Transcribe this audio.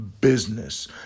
business